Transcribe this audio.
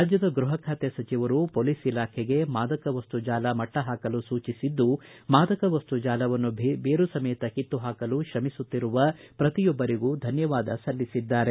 ರಾಜ್ಯದ ಗ್ಬಪ ಖಾತೆ ಸಚಿವರು ಮೊಲೀಸ್ ಇಲಾಖೆಗೆ ಮಾದಕ ವಸ್ತು ಜಾಲ ಮಟ್ಟ ಪಾಕಲು ಸೂಚಿಸಿದ್ದು ಮಾದಕ ವಸ್ತು ಜಾಲವನ್ನು ಬೇರುಸಮೇತ ಕಿತ್ತುಹಾಕಲು ಕ್ರಮಿಸುತ್ತಿರುವ ಪ್ರತಿಯೊಬ್ಬರಿಗೂ ಧನ್ಯವಾದ ಸಲ್ಲಿಸಿದ್ದಾರೆ